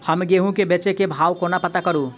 हम गेंहूँ केँ बेचै केँ भाव कोना पत्ता करू?